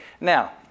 Now